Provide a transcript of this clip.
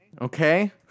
Okay